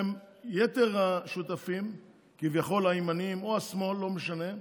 יתר השותפים, כביכול הימנים, או השמאל, לא משנה,